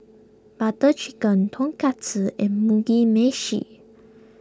Butter Chicken Tonkatsu and Mugi Meshi